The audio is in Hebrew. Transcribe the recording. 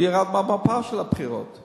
ירד מהמפה של הבחירות.